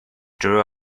drew